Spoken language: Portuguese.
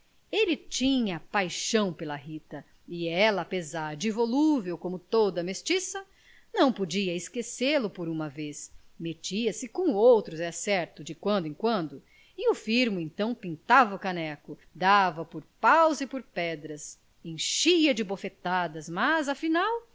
ele tinha paixa pela rita e ela apesar de volúvel como toda a mestiça não podia esquecê lo por uma vez metia-se com outros é certo de quando em quando e o firmo então pintava o caneco dava por paus e por pedras enchia a de bofetadas mas afinal